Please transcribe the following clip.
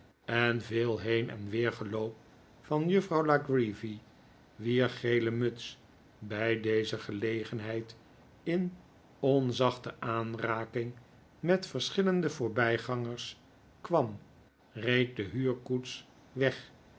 en veel heen en weer geloop van juffrouw la creevy wier gele muts bij deze gelegenheid in onzachte aanraking met verschillende voorbij gangerskwam reed de huurkoets weg